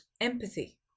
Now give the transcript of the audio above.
empathy